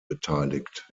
beteiligt